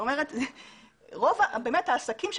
העסקים,